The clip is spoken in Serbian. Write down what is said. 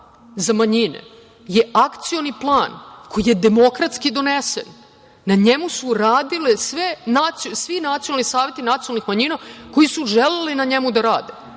za manjine je Akcioni plan koji je demokratski donesen. Na njemu su radile sve nacionalni saveti nacionalnih manjina koji su želeli na njemu da rade.